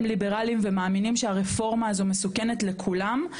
ליברלים ומאמינים שהרפורמה הזו היא מסוכנת לכולם,